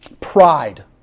Pride